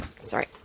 Sorry